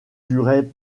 durait